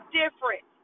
different